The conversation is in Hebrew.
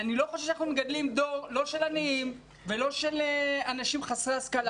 אנחנו לא מגדלים דור של עניים או של אנשים חסרי השכלה.